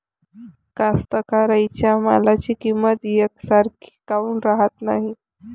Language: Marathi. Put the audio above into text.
कास्तकाराइच्या मालाची किंमत यकसारखी काऊन राहत नाई?